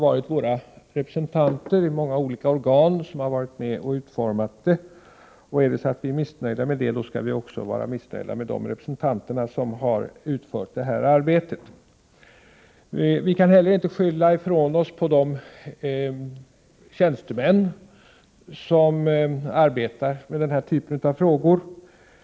Våra representanter har i många olika organ varit med och utformat det, och är det så att vi är missnöjda med det skall vi vara missnöjda också med de representanter som utfört det här arbetet. Vi kan inte heller skylla ifrån oss på de tjänstemän som arbetar med den här typen av frågor.